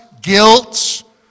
guilt